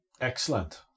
Excellent